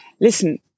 listen